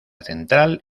central